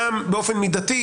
גם באופן מידתי.